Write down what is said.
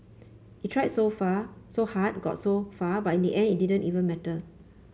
it tried so far so hard got so far but in the end it didn't even matter